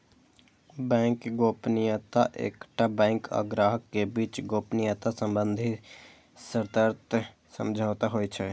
bank गोपनीयता एकटा bank आ ग्राहक के बीच गोपनीयता संबंधी सशर्त समझौता होइ छै